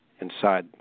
inside